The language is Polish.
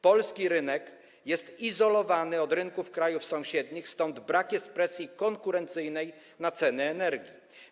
Polski rynek jest izolowany od rynków krajów sąsiednich, stąd brak jest presji konkurencyjnej na ceny energii.